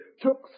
took